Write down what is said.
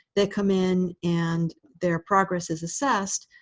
they come in, and their progress is assessed.